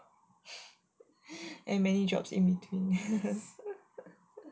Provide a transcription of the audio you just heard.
and many jobs in between